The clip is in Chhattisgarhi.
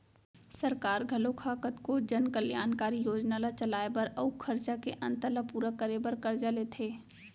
सरकार घलोक ह कतको जन कल्यानकारी योजना ल चलाए बर अउ खरचा के अंतर ल पूरा करे बर करजा लेथे